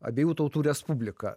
abiejų tautų respubliką